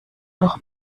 noch